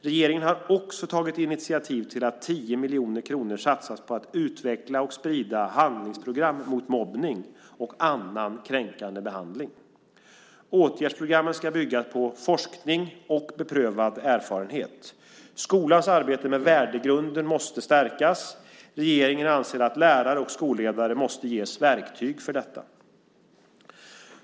Regeringen har också tagit initiativ till att 10 miljoner kronor satsas på att utveckla och sprida handlingsprogram mot mobbning och annan kränkande behandling. Åtgärdsprogrammen ska bygga på forskning och beprövad erfarenhet. Skolans arbete med värdegrunden måste stärkas. Regeringen anser att lärare och skolledare måste ges verktyg för detta.